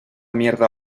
mierda